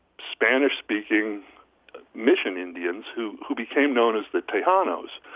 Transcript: spanish-speaking mission indians who who became known as the tejanos.